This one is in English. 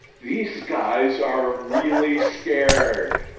these guys are really scared.